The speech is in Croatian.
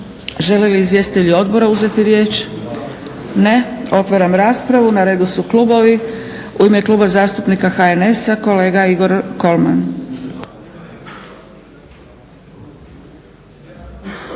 Žele li izvjestitelji odbora uzeti riječ? Ne. Otvaram raspravu. Na redu su klubovi. U ime Kluba zastupnika HNS-a kolega Igor Kolman.